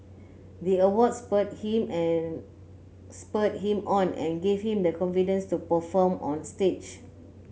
the award spurred him and spurred him on and gave him the confidence to perform on stage